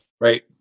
Right